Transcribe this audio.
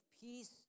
peace